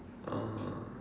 uh